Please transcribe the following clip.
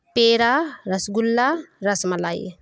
پیڑا rasgulla ras malai